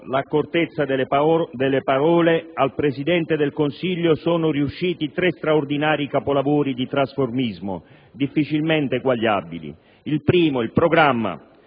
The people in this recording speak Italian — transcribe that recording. l'accortezza delle parole, al Presidente del Consiglio sono riusciti tre straordinari capolavori di trasformismo, difficilmente eguagliabili. Il primo, il programma,